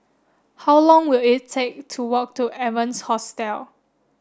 how long will it take to walk to Evans Hostel